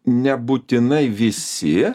nebūtinai visi